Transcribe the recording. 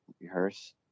rehearse